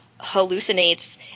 hallucinates